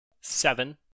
Seven